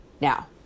Now